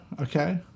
okay